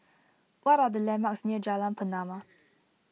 what are the landmarks near Jalan Pernama